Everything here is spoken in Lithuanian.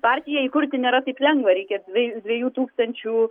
partiją įkurti nėra taip lengva reikia dvi dviejų tūkstančių